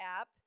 app